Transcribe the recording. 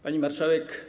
Pani Marszałek!